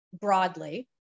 broadly